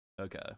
Okay